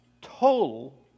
total